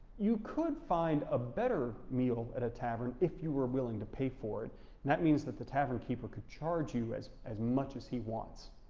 you could find a better meal at a tavern if you were willing to pay for it, and that means that the tavern keeper could charge you as as much as he wants.